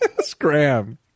Scram